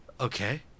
Okay